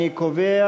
אני קובע